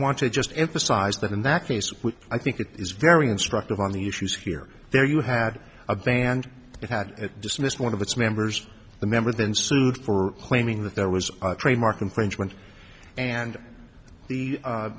want to just emphasize that in that case i think it is very instructive on the issues here there you had a band that had dismissed one of its members the member then sued for claiming that there was trademark infringement and the